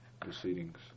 proceedings